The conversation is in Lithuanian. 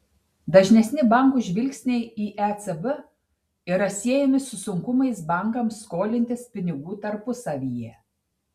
dažnesni bankų žvilgsniai į ecb yra siejami su sunkumais bankams skolintis pinigų tarpusavyje